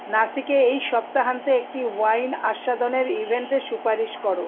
নাসিকে এই সপ্তাহান্তে একটি ওয়াইন আস্বাদনের ইভেন্টের সুপারিশ করো